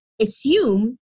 assume